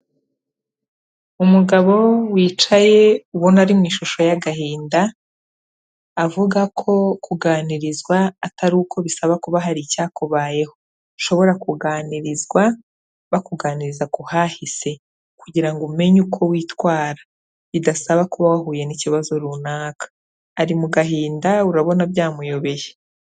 Umugabo wicaye ubona ari mu ishusho y'agahinda, avuga ko kuganirizwa atari uko bisaba kuba hari icyakubayeho, ushobora kuganirizwa bakuganiriza ku hahise kugira ngo umenye uko witwara, bidasaba kuba wahuye n'ikibazo runaka, ari mu gahinda urabona byamuyobeye.